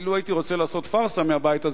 אילו הייתי רוצה לעשות פארסה מהבית הזה